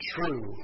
True